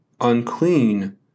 Unclean